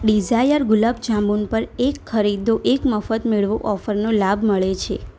Dzire gulab jamun પર એક ખરીદો એક મફત મેળવો ઓફરનો લાભ મળે છે